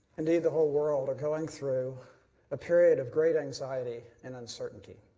indeed the whole world are going through a period of great anxiety and uncertainty,